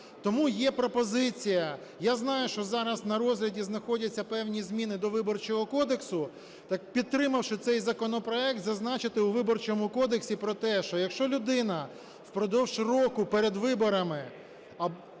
Тому є пропозиція. Я знаю, що зараз на розгляді знаходяться певні зміни до Виборчого кодексу, так, підтримавши цей законопроект, зазначити у Виборчому кодексі про те, що якщо людина впродовж року перед виборами